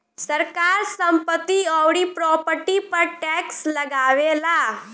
सरकार संपत्ति अउरी प्रॉपर्टी पर टैक्स लगावेला